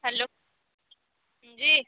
hello हां जी